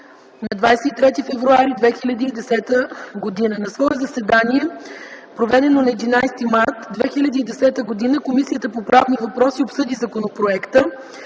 на 23 февруари 2010 г. На свое заседание, проведено на 11 март 2010 г., Комисията по правни въпроси обсъди законопроекта.